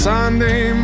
Sunday